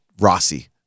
Rossi